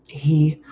he